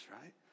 right